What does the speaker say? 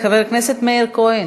חבר הכנסת מאיר כהן.